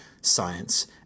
science